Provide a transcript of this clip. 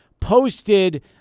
posted